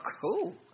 cool